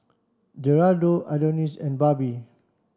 Gerardo Adonis and Barbie